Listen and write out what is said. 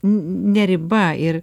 ne riba ir